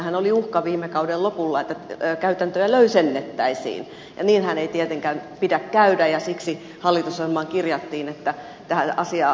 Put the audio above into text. siinähän oli uhka viime kauden lopulla että käytäntöä löysennettäisiin ja niinhän ei tietenkään pidä käydä ja siksi hallitusohjelmaan kirjattiin että tätä asiaa tarkastellaan